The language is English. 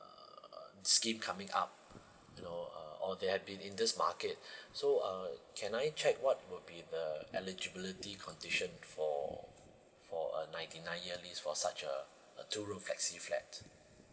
uh uh scheme coming up you know uh or they've been in this market so err can I check what will be the eligibility condition for for a ninety nine year lease for such uh a two room flexi flat